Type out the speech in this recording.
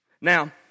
Now